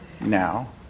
now